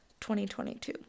2022